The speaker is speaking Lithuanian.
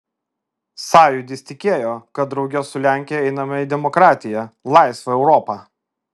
sąjūdis tikėjo kad drauge su lenkija einame į demokratiją laisvą europą